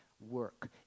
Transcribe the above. work